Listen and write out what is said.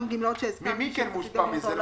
גמלאות שהזכרתי --- מיכן מושפע מזה?